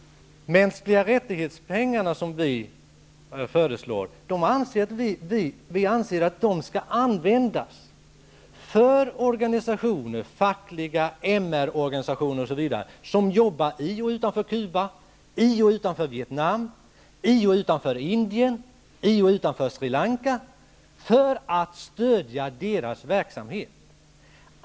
''Mänskliga rättighets-pengarna'' som vi föreslår anser vi skall användas för att stödja organisationer -- fackliga organisationer, MR organisationer m.fl. -- som jobbar i och utanför Cuba, i och utanför Vietnam, i och utanför Indien samt i och utanför Sri Lanka i deras verksamhet.